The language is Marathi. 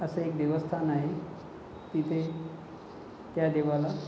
असं एक देवस्थान आहे तिथे त्या देवाला